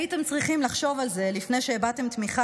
הייתם צריכים לחשוב על זה לפני שהבעתם תמיכה